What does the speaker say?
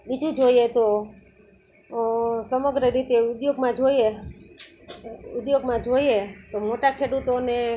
બીજું જોઈએ તો સમગ્ર રીતે ઉદ્યોગમાં જોઈએ ઉધોગમાં જોઈએ તો મોટા ખેડૂતોને